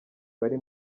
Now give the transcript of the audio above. bari